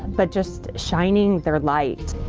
but just shining their light.